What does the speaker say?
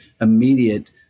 immediate